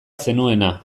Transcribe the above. zenuena